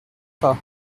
pas